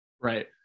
right